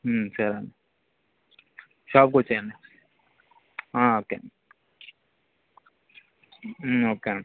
సరే అండి షాప్కు వచ్చేయండి ఓకే అండి ఓకే అండి